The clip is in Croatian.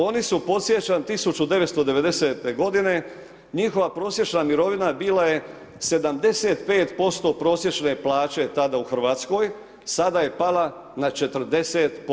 Oni su, podsjećam, 1990.-te godine, njihova prosječna mirovina bila je 75% prosječne plaće tada u RH, sada je pala na 40%